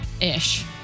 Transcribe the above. Ish